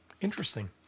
Interesting